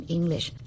English